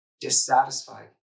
dissatisfied